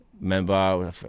member